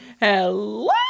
hello